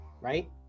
right